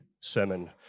sermon